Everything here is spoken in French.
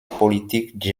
politique